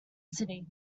city